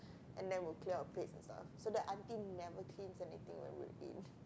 and then we'll clear our plates ourselves so the auntie never clears anything when we're in